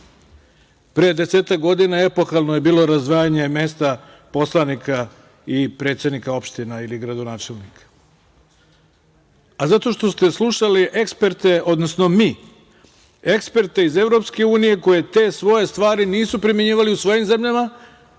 Pre desetak godina epohalno je bilo razdvajanje mesta poslanika i predsednika opština ili gradonačelnika. Zato što ste slušali eksperte, odnosno mi, iz Evropske unije koji te svoje stvari nisu primenjivali u svojim zemljama,